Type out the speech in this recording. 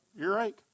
earache